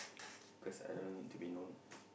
cause I don't need to be known